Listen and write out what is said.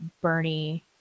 Bernie